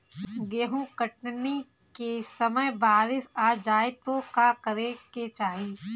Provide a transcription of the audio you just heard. गेहुँ कटनी के समय बारीस आ जाए तो का करे के चाही?